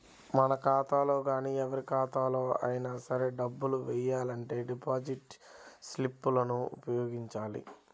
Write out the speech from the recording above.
మన ఖాతాలో గానీ ఎవరి ఖాతాలోకి అయినా సరే డబ్బులు వెయ్యాలంటే డిపాజిట్ స్లిప్ లను ఉపయోగించాలి